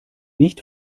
nicht